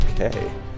Okay